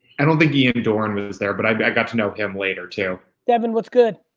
i don't think ian dorn was there, but i but i got to know him later too. devin, what's good?